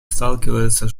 сталкиваются